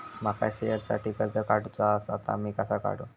माका शेअरसाठी कर्ज काढूचा असा ता मी कसा काढू?